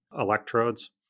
electrodes